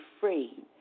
free